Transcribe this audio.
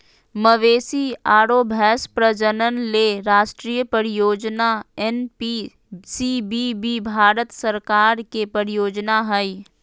मवेशी आरो भैंस प्रजनन ले राष्ट्रीय परियोजना एनपीसीबीबी भारत सरकार के परियोजना हई